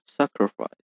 sacrifice